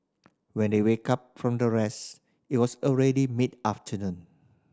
when they wake up from their rest it was already mid afternoon